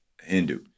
Hindu